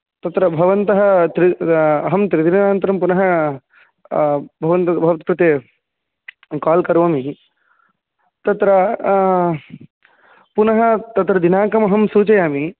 तत्र भवन्तः त्रि अहं त्रिदिनानन्तरं पुनः भवन् भवद्कृते काल् करोमि तत्र पुनः तत्र दिनाङ्कमहं सूचयामि